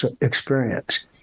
experience